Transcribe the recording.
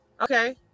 Okay